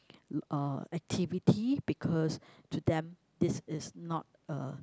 uh activity because to them this is not a